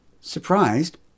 Surprised